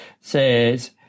says